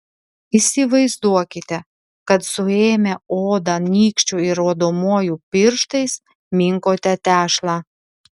įsivaizduokite kad suėmę odą nykščiu ir rodomuoju pirštais minkote tešlą